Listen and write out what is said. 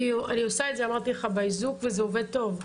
אני עושה את זה באיזוק, וזה עובד טוב.